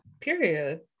Period